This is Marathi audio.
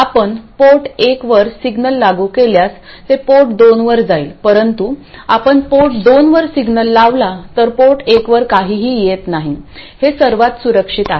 आपण पोर्ट एकवर सिग्नल लागू केल्यास ते पोर्ट दोनवर जाईल परंतु आपण पोर्ट दोनवर सिग्नल लावला तर पोर्ट एकवर काहीही येत नाही हे सर्वात सुरक्षित आहे